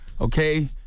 okay